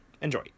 Enjoy